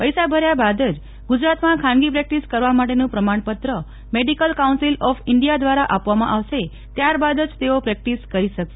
પૈસા ભર્યા બાદ જ ગુજરાતમાં ખાનગી પ્રેક્ટીસ કરવા માટેનું પ્રમાણપત્ર મેડીકલ કાઉન્સીલ ઓફ ઇન્ડિયા દ્વારા આપવામાં આવશે ત્યારબાદ જ તેઓ પ્રેક્ટીસ કરી શકશે